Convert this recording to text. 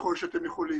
ככל שאתם יכולים.